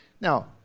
Now